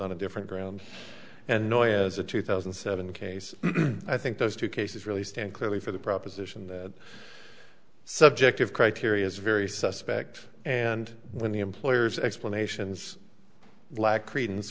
on a different ground and noir as a two thousand and seven case i think those two cases really stand clearly for the proposition that subjective criteria is very suspect and when the employer's explanations lack credence